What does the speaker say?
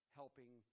helping